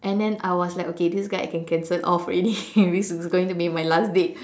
and then I was like okay this guy I can cancel off already this is going to be my last date